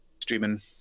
streaming